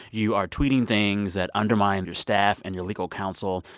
you are tweeting things that undermine your staff and your legal counsel.